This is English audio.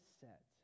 set